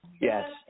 Yes